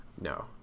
no